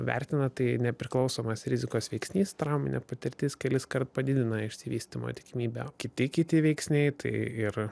vertina tai nepriklausomas rizikos veiksnys trauminė patirtis keliskart padidina išsivystymo tikimybę kiti kiti veiksniai tai ir